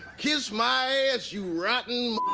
kiss my ass, you rotten